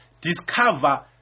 Discover